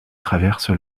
traverse